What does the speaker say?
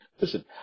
Listen